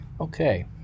Okay